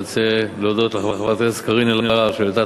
אני רוצה להודות לחברת הכנסת קארין אלהרר שהעלתה